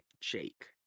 Jake